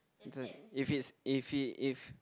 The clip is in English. it's a if it's if it if